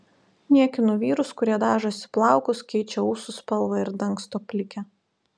niekinu vyrus kurie dažosi plaukus keičia ūsų spalvą ir dangsto plikę